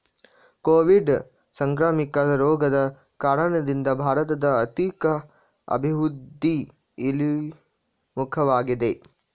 Covid ಸಾಂಕ್ರಾಮಿಕ ರೋಗದ ಕಾರಣದಿಂದ ಭಾರತದ ಆರ್ಥಿಕ ಅಭಿವೃದ್ಧಿ ಇಳಿಮುಖವಾಗಿದೆ